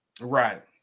Right